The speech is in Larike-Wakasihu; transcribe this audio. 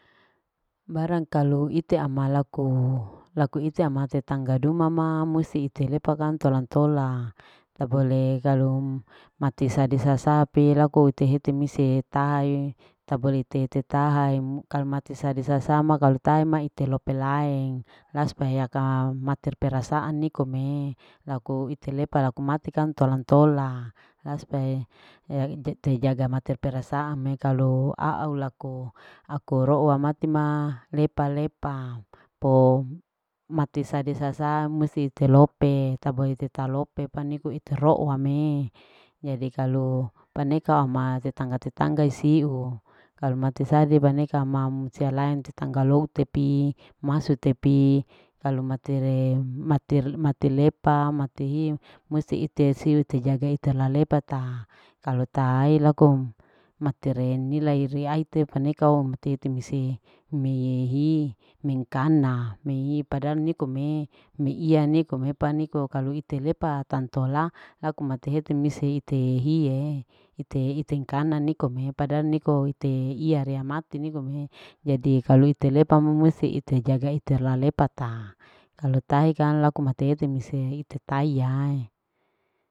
Barang kalu ite ama laku laku ite ama tetangga duma ma musti ite lepa kang ntola ntola tabole kalu mati sadi sasapi laku ite hete mise etahae tabole ite tetahae kalu mati sadi sasama kalu tahae ma ite lope laeng. La supaya kan mater perasaan nikome laku ite lepa laku mati kang ntola-ntola la supayae te jaga meter perasaan me kalu aau lako ako roua mate ma lepa-lepa po mati sadi sasa musti ite lope tabole ite talope paniko ite roua me jadi kalu paneka ama tetangga-tetangga isiu kalu mati sadi paneka amam sia lain tetangga lou te pi, maso te pi kalu mati re, mati mati lepa, mati hi musti ite siu ite jaga ite lalepa ta kalu tahae laku materen nilai iri aite paneka mati iti mise meie hi mengkana mei pada nikome meia nikome paniko kalu ite lepa tantola laku mate hete mise ite hie ite-ite ingkana nikome pada niko ite iya rea mati nikome jadi kalu ite lepa mumusti ite jaga iter lalepa ta kalu tahe kang laku mate ete mise ite taia.